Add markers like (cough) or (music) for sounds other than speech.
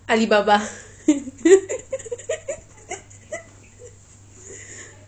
alibaba (laughs)